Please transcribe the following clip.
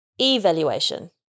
Evaluation